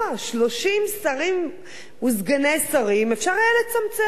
30 שרים וסגני שרים, אפשר היה לצמצם, לקצץ.